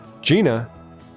Gina